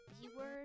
B-word